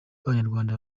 b’abanyarwanda